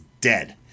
dead